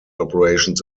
operations